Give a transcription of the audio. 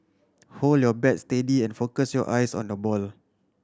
hold your bat steady and focus your eyes on the ball